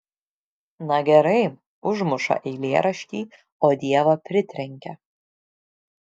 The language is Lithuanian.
na gerai užmuša eilėraštį o dievą pritrenkia